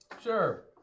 Sure